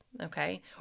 okay